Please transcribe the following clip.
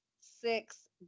six